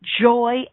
joy